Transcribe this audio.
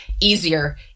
easier